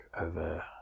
over